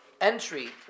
entry